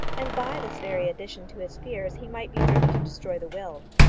and by this very addition to his fears he might be driven to destroy the will.